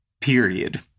Period